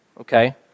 okay